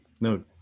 No